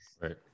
Right